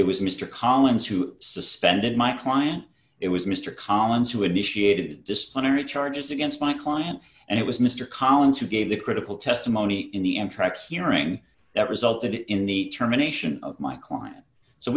it was mr collins who suspended my client it was mr collins who initiated disciplinary charges against my client and it was mr collins who gave the critical testimony in the m track hearing that resulted in the terminations of my client so